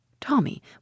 Tommy